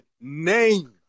name